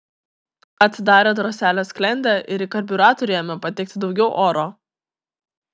atsidarė droselio sklendė ir į karbiuratorių ėmė patekti daugiau oro